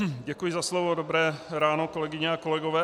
Děkuji za slovo, dobré ráno, kolegyně a kolegové.